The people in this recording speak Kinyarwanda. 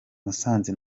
musanze